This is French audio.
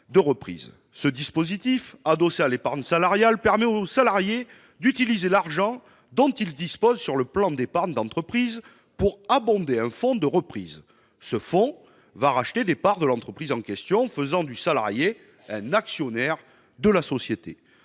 de reprise. Ce dispositif, adossé à l'épargne salariale, permet au salarié d'utiliser l'argent dont il dispose sur le plan d'épargne d'entreprise pour abonder un fonds de reprise, lequel rachètera des parts de l'entreprise en question, faisant ainsi du salarié un actionnaire. Si l'idée